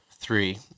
three